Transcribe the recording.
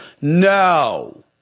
No